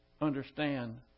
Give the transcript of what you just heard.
understand